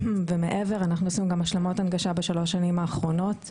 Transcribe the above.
ומעבר לזה אנחנו עושים גם השלמות הנגשה בשלוש השנים האחרונות,